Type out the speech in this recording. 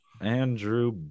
Andrew